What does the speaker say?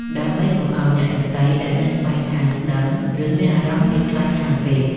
ដើម្បីកុំឱ្យអ្នកដទៃដែលនៅក្បែរខាងដឹង ឬមានអារម្មណ៍ភ័យខ្លាចខ្លាំងពេក។